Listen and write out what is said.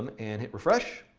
and and hit refresh.